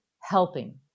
helping